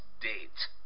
date